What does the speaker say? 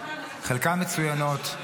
חלקן מצוינות,